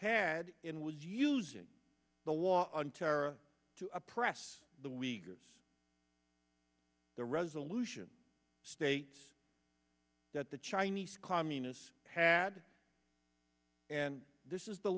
had in was using the war on terror to oppress the weaker us the resolution states that the chinese communists had and this is the